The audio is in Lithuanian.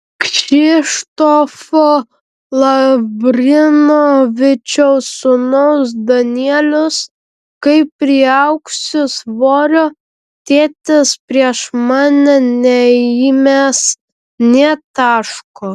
kšištofo lavrinovičiaus sūnus danielius kai priaugsiu svorio tėtis prieš mane neįmes nė taško